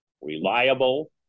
reliable